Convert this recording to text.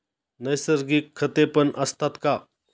नैसर्गिक खतेपण असतात का?